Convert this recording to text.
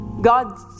God